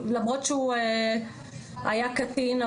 למרות שהוא היה קטין,